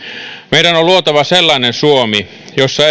meidän on luotava sellainen suomi jossa